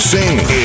Sing